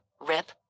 rip